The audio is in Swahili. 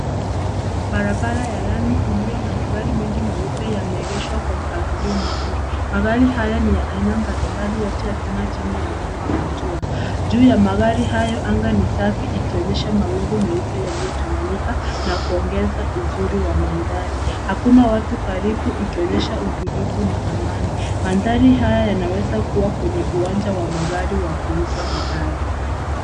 Barabara ya lami iliyo na magari mengi meupe yameegeshwa kwa mpangilio mzuri. Magari haya ni ya aina mbalimbali yote yaking'aa chini ya mwanga wa jua. Juu ya magari hayo anga ni safi ikionyesha mawingu meupe yaliyotawanyika na kuongeza uzuri wa mandhari. Hakuna watu karibu ikionyesha utulivu na amani. Mandhari haya yanawezakua kwenye uwanja wa magari wa kuuza magari.